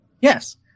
yes